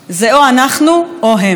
זה או אנחנו או הם,